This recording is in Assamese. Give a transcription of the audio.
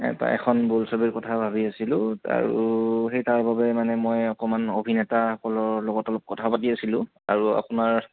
এটা এখন বোলছবিৰ কথা ভাবি আছিলোঁ আৰু সেই তাৰ বাবে মানে মই অকণমান অভিনেতাসকলৰ লগত অলপ কথা পাতি আছিলোঁ আৰু আপোনাৰ